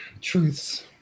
truths